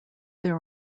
there